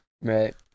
Right